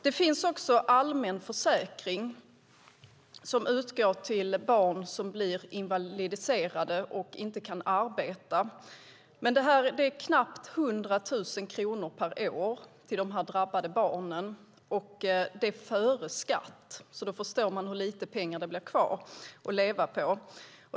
Det finns också allmän försäkring som utgår till barn som blir invalidiserade och inte kan arbeta. Det handlar om knappt 100 000 kronor per år till de drabbade barnen - före skatt. Då förstår man hur lite pengar det blir kvar att leva på.